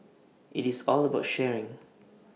IT is all about sharing